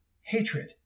hatred